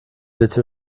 bitte